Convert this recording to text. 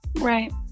Right